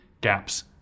gaps